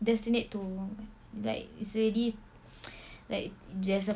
destiny to like it's already like there's a